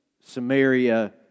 Samaria